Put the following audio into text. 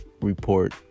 report